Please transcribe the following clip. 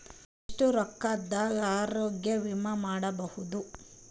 ಎಷ್ಟ ರೊಕ್ಕದ ಆರೋಗ್ಯ ವಿಮಾ ಮಾಡಬಹುದು?